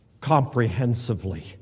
comprehensively